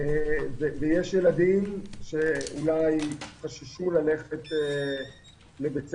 יש ילדים שאולי חששו ללכת לבית הספר,